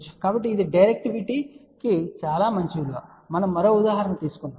కాబట్టి ఇది డైరెక్టివిటీకి చాలా మంచి విలువ మనం మరో ఉదాహరణ తీసుకుందాం